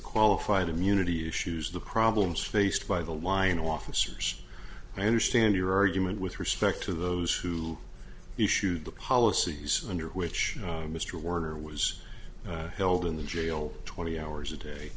qualified immunity issues the problems faced by the line officers i understand your argument with respect to those who issued the policies under which mr warner was held in the jail twenty hours a day